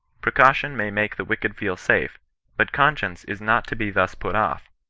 precaution may make the wicked feel safe but conscience is not to be thus put off,